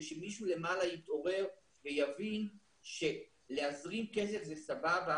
שמישהו למעלה יתעורר ויבין שלהזרים כסף זה סבבה,